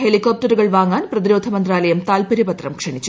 ഹെലികോപ്റ്ററുകൾ വാങ്ങാൻ പ്രതിരോധ മന്ത്രാലയം താൽപര്യ പത്രം ക്ഷണിച്ചു